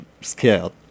scared